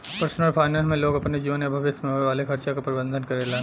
personal finance में लोग अपने जीवन या भविष्य में होये वाले खर्चा क प्रबंधन करेलन